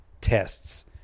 tests